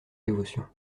dévotion